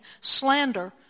slander